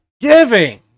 Giving